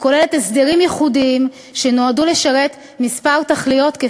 היא כוללת הסדרים ייחודיים שנועדו לשרת כמה תכליות,